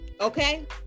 Okay